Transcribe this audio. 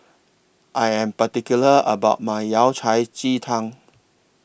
I Am particular about My Yao Cai Ji Tang